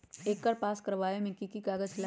एकर पास करवावे मे की की कागज लगी?